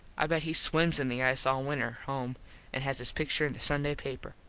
i bet he swims in the ice all winter home and has his pictur in the sunday paper.